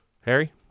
Harry